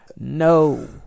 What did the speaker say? No